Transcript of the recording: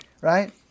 right